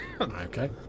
Okay